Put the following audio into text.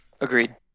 Agreed